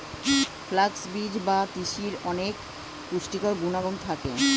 flax বীজ বা তিসিতে অনেক পুষ্টিকর গুণাগুণ থাকে